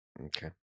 okay